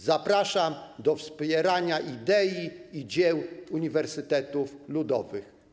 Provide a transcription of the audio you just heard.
Zapraszam do wspierania idei i dzieł uniwersytetów ludowych.